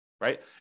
right